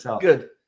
Good